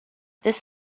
this